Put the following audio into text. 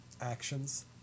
actions